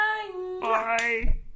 Bye